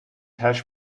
hash